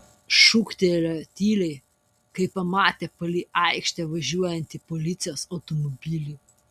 šūktelėjo tyliai kai pamatė palei aikštę važiuojantį policijos automobilį